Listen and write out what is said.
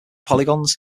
polygons